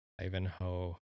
Ivanhoe